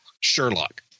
Sherlock